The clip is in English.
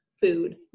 food